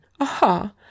Aha